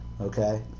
okay